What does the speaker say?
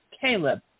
Caleb